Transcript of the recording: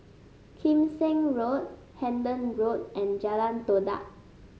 Kim Seng Road Hendon Road and Jalan Todak